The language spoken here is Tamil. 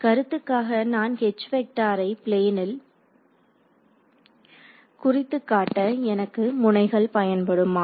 கருத்துக்காக நான் H வெக்டாரை பிளேனில் குறித்துக்காட்ட எனக்கு முனைகள் பயன்படுமா